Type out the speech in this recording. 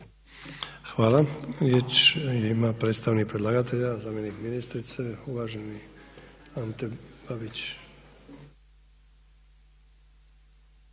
Hvala. Riječ ima predstavnik predlagatelja, zamjenik ministrice uvaženi Ante Babić.